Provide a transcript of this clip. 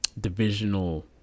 divisional